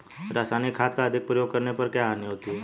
रासायनिक खाद का अधिक प्रयोग करने पर क्या हानि होती है?